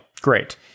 Great